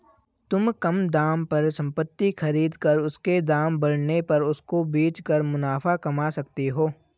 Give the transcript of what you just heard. तुम कम दाम पर संपत्ति खरीद कर उसके दाम बढ़ने पर उसको बेच कर मुनाफा कमा सकते हो